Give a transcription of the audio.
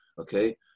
okay